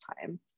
time